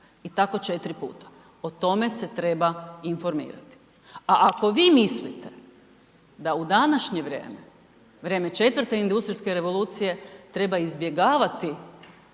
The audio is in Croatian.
i tako 4 puta, o tome se treba informirati. A ako vi mislite da u današnje vrijeme, vrijeme IV. industrijske revolucije treba izbjegavati